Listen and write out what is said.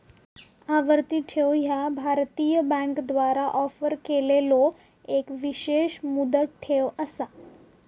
आवर्ती ठेव ह्या भारतीय बँकांद्वारा ऑफर केलेलो एक विशेष मुदत ठेव असा